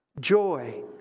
joy